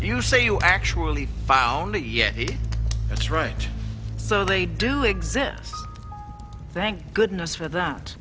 you say you actually found it yet that's right so they do exist thank goodness for that